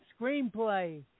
screenplay